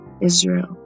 Israel